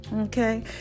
okay